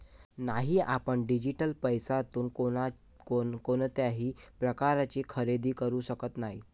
नाही, आपण डिजिटल पैशातून कोणत्याही प्रकारचे खरेदी करू शकत नाही